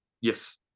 yes